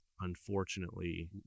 unfortunately